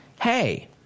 hey